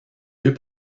deux